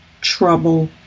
trouble